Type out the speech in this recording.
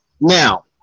now